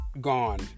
gone